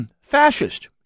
fascist